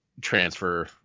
transfer